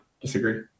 Disagree